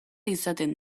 izaten